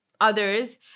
others